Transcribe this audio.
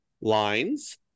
lines